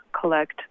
collect